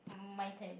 my turn